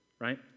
right